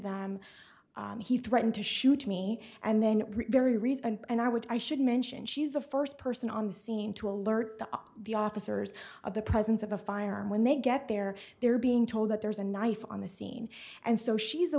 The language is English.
them he threatened to shoot me and then very reasoned and i would i should mention she's the first person on the scene to alert the officers of the presence of a firearm when they get there they're being told that there's a knife on the scene and so she's the